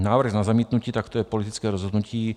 Návrh na zamítnutí tak to je politické rozhodnutí.